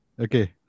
Okay